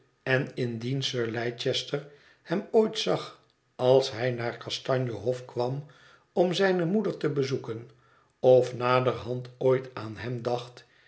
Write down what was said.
en indien sir leicester hem ooit zag als hij naar kastanje hof kwam om zijne moeder te bezoeken of naderhand ooit aan hem dacht